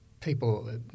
people